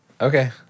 Okay